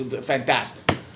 fantastic